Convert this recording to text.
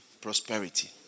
prosperity